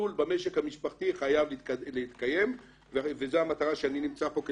לול במשק המשפחתי חייב להתקיים וזו המטרה לשמה אני כאן,